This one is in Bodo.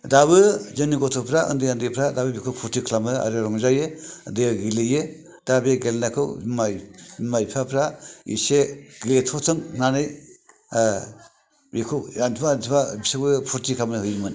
दाबो जोंनि गथ'फ्रा उन्दै उन्दैफ्रा फुरथि खालायो आरो रंजायो दैआव गेलेयो दा बे गेलेनायखौ बिमा बिफाफोरा इसे गेलेथथों होननानै ओ बेखो बिसोरबो फुरथि खालामनो होयोमोन